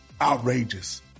outrageous